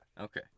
Okay